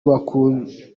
bakunze